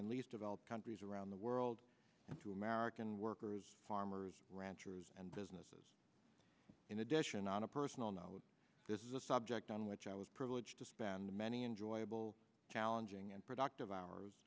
and least developed countries around the world and to american workers farmers ranchers and businesses in addition on a personal knowledge this is a subject on which i was privileged to spend many enjoyable challenging and productive hours